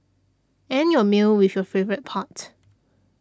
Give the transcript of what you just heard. end your meal with your favourite part